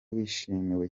wishimiwe